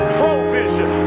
provision